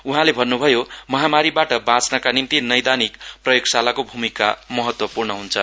उहाँले भन्नुभयो महामारीबाट बाँच्नका निम्ति नैदानिक प्रयोगशालाको भूमिका महत्वपूर्ण हुन्छ